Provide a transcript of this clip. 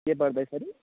के गर्दैछ अरे